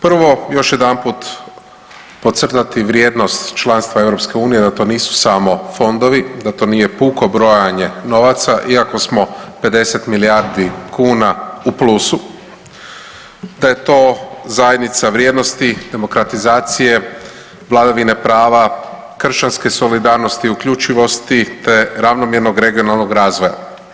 Prvo još jedanput podcrtati vrijednost članstva EU, da to nisu samo fondovi, da to nije puko brojanje novaca iako smo 50 milijardi kuna u plusu, da je to zajednica vrijednosti, demokratizacije, vladavine prava, kršćanske solidarnosti, uključivosti, te ravnomjernog regionalnog razvoja.